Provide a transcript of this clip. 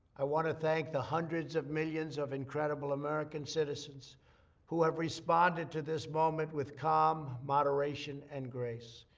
i want to thank the hundreds of millions of incredible american citizens who have responded to this moment with calm, moderation and grace.